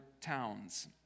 towns